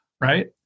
right